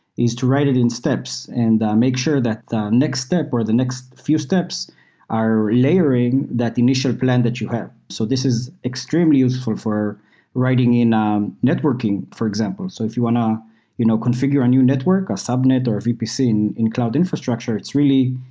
is to write it in steps and make sure that the next step or the next few steps are layering that initial plan that you have. so this is extremely useful for writing in um networking, for example. so if you want to you know configure a new network, a subnet or a vpc in in cloud infrastructure, it's really,